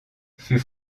fut